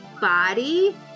Body